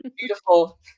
beautiful